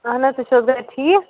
اَہَن حظ تُہۍ چھِو حظ گَرِ ٹھیٖک